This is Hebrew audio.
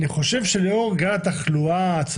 אני חושבת שהכי נכון שוועדת